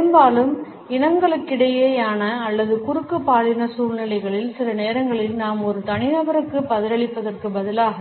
பெரும்பாலும் இனங்களுக்கிடையேயான அல்லது குறுக்கு பாலின சூழ்நிலைகளில் சில நேரங்களில் நாம் ஒரு தனிநபருக்கு பதிலளிப்பதற்கு பதிலாக